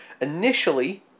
initially